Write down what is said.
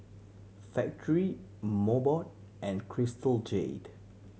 Factorie Mobot and Crystal Jade